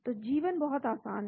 तो जीवन बहुत आसान है